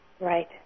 Right